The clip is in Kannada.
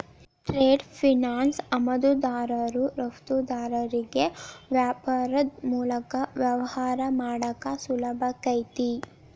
ಟ್ರೇಡ್ ಫೈನಾನ್ಸ್ ಆಮದುದಾರರು ರಫ್ತುದಾರರಿಗಿ ವ್ಯಾಪಾರದ್ ಮೂಲಕ ವ್ಯವಹಾರ ಮಾಡಾಕ ಸುಲಭಾಕೈತಿ